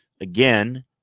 again